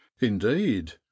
indeed